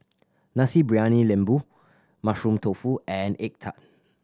Nasi Briyani Lembu Mushroom Tofu and egg tart